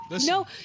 No